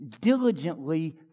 diligently